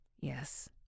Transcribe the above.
Yes